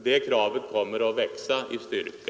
Det kravet kommer att växa i styrka.